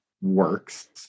works